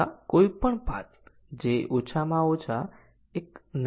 તેથી MCDCનો અર્થ છે કંપાઉંડ કન્ડીશન ડીસીઝન કવરેજ